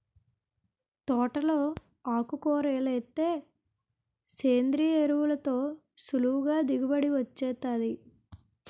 తోటలో ఆకుకూరలేస్తే సేంద్రియ ఎరువులతో సులువుగా దిగుబడి వొచ్చేత్తాది